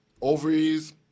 Ovaries